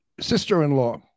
sister-in-law